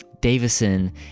Davison